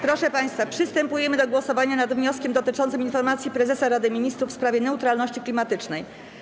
Proszę państwa, przystępujemy do głosowania nad wnioskiem dotyczącym informacji prezesa Rady Ministrów w sprawie neutralności klimatycznej.